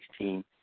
2016